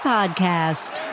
Podcast